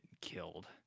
killed